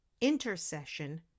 intercession